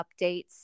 updates